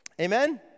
Amen